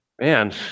Man